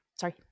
Sorry